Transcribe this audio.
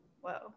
whoa